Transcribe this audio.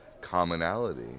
commonality